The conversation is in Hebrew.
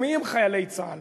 מי הם חיילי צה"ל?